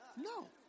No